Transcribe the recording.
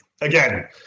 again